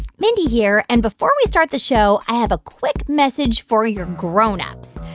mindy here. and before we start the show, i have a quick message for your grown-ups.